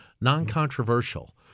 non-controversial